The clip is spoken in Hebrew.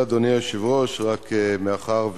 (החמרת הענישה